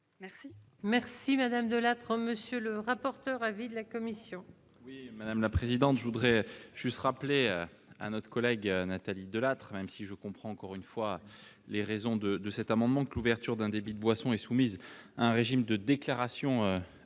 Merci, merci madame De Lattre, monsieur le rapporteur, avis de la commission. Oui, madame la présidente, je voudrais juste rappeler à notre collègue Nathalie Delattre, même si je comprends encore une fois, les raisons de de cet amendement que l'ouverture d'un débit de boisson et soumise à un régime de déclaration